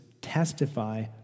testify